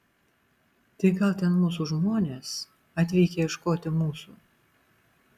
tai gal ten mūsų žmonės atvykę ieškoti mūsų